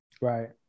Right